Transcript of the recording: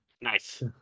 Nice